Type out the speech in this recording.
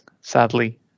sadly